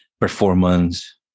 performance